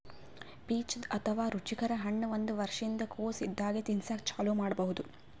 peach ಅಥವಾ ರುಚಿಕರ ಹಣ್ಣ್ ಒಂದ್ ವರ್ಷಿನ್ದ್ ಕೊಸ್ ಇದ್ದಾಗೆ ತಿನಸಕ್ಕ್ ಚಾಲೂ ಮಾಡಬಹುದ್